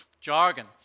jargon